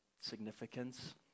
significance